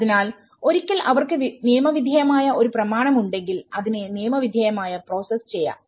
അതിനാൽ ഒരിക്കൽ അവർക്ക് നിയമവിധേയമായ ഒരു പ്രമാണം ഉണ്ടെങ്കിൽ അതിനെ നിയമവിധേയമായ പ്രോസസ്സ് ചെയ്യാം